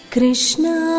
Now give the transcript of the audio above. Krishna